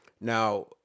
Now